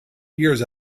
years